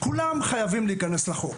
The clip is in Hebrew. כולם חייבים להיכנס לחוק.